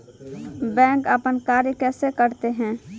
Bank अपन कार्य कैसे करते है?